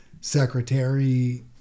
secretary